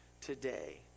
today